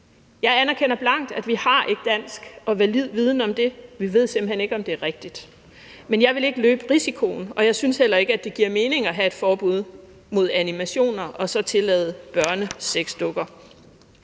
Jeg anerkender blankt, at vi ikke har dansk og valid viden om det. Vi ved simpelt hen ikke, om det er rigtigt, men jeg vil ikke løbe risikoen, og jeg synes heller ikke, at det giver mening at have et forbud mod animationer og så tillade børnesexdukker.